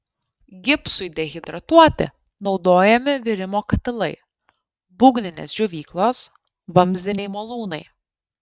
gipsui dehidratuoti naudojami virimo katilai būgninės džiovyklos vamzdiniai malūnai